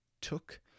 took